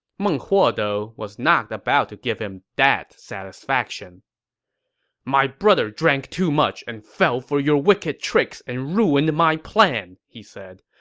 meng huo, though, was not about to give him that satisfaction my brother drank too much and fell for your wicked tricks and ruined my plan, he said.